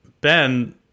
ben